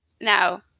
Now